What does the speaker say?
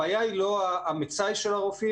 הבעיה היא לא המצאי של הרופאים,